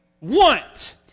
want